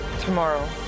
tomorrow